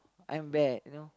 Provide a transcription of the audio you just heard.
I'm bad you know